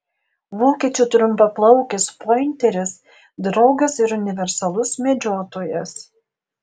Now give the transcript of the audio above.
vokiečių trumpaplaukis pointeris draugas ir universalus medžiotojas